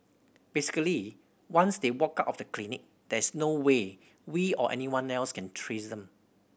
basically once they walk out of the clinic there is no way we or anyone else can trace them